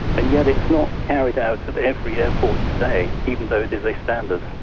and yet it's not carried out at every airport today, even though it is a standard.